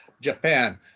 Japan